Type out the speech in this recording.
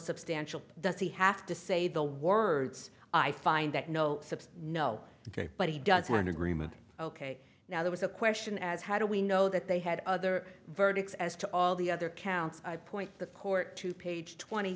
substantial does he have to say the words i find that no no but he doesn't agreement ok now there was a question as how do we know that they had other verdicts as to all the other counts i point the court to page twenty